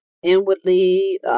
inwardly